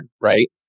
Right